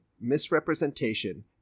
misrepresentation